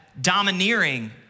domineering